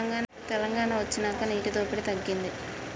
తెలంగాణ వొచ్చినాక నీటి దోపిడి తగ్గింది